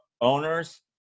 owners